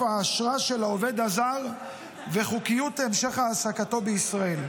האשרה של העובד הזר ואת חוקיות המשך העסקתו בישראל.